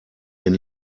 den